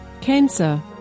Cancer